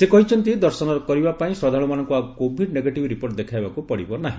ସେ କହିଛନ୍ତି ଦର୍ଶନ କରିବାପାଇଁ ଶ୍ର ଆଉ କୋଭିଡ୍ ନେଗେଟିଭ୍ ରିପୋର୍ଟ ଦେଖାଇବାକୁ ପଡ଼ିବ ନାହି